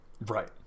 Right